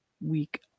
week